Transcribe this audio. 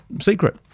secret